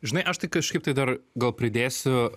žinai aš tai kažkaip tai dar gal pridėsiu